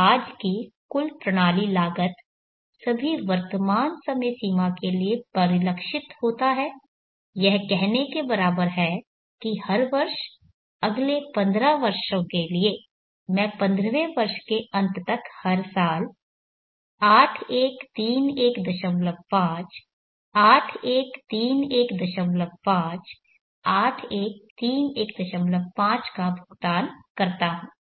आज की कुल प्रणाली लागत सभी वर्तमान समय सीमा के लिए परिलक्षित होता है यह कहने के बराबर है हर वर्ष अगले 15 वर्षों के लिए मैं पंद्रहवें वर्ष के अंत तक हर साल 81315 81315 81315 का भुगतान करता हूं